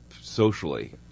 socially